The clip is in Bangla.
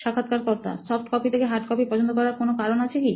সাক্ষাৎকারকর্তা সফ্ট কপির থেকে হার্ড কপি পছন্দ করার কোনো কারণ আছে কি